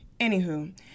Anywho